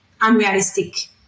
unrealistic